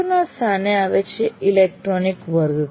ઉપરના સ્થાને આવે છે ઇલેકટ્રોનિક વર્ગખંડ